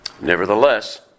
Nevertheless